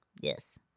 Yes